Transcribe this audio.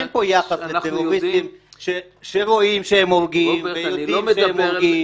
ואין פה יחס לטרוריסטים שרואים שהם הורגים ויודעים שהם הורגים,